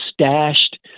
stashed